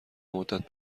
مدت